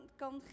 kan